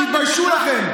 תתביישו לכם.